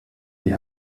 die